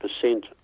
percent